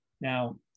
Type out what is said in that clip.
Now